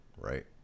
right